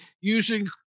using